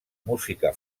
música